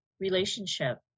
relationship